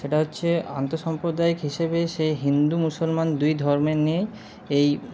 সেটা হচ্ছে আন্ত সাম্প্রদায়িক হিসেবে সেই হিন্দু মুসলমান দুই ধর্মের নিয়েই এই